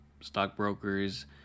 stockbrokers